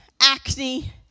acne